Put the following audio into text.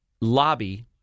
lobby